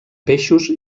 peixos